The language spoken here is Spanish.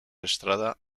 estrada